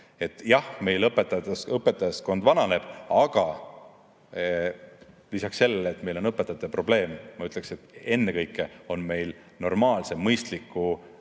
Jah, õpetajaskond vananeb, aga lisaks sellele, et meil on õpetajate probleem, ma ütleksin, et ennekõike on meil normaalse, mõistliku,